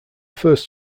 first